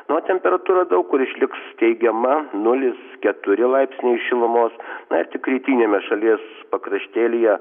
na o temperatūra daug kur išliks teigiama nulis keturi laipsniai šilumos na ir tik rytiniame šalies pakraštėlyje